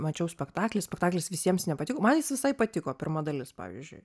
mačiau spektaklį spektaklis visiems nepatiko man jis visai patiko pirma dalis pavyzdžiui